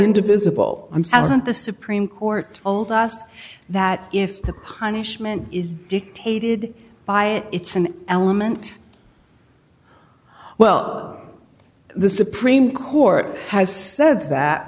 indivisible i'm sad isn't the supreme court told us that if the punishment is dictated by it's an element well the supreme court has said that